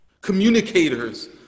communicators